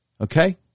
Okay